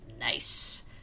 Nice